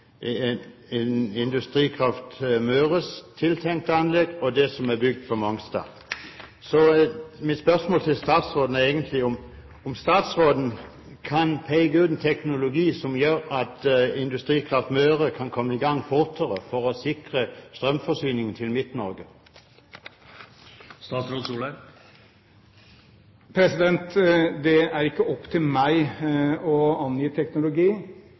på Industrikraft Møres tiltenkte anlegg og det som er bygd på Mongstad. Så mitt spørsmål til statsråden er om han kan peke ut en teknologi som gjør at Industrikraft Møre kan komme i gang fortere, for å sikre strømforsyningen til Midt-Norge. Det er ikke opp til meg å angi teknologi.